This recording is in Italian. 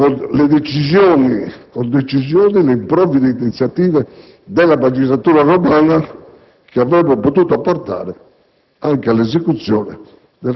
con decisione le improvvide iniziative della magistratura romana che avrebbero potuto portare anche all'esecuzione